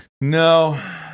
No